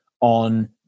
on